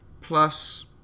plus